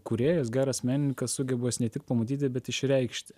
kūrėjas geras menininkas sugeba juos ne tik pamatyti bet išreikšti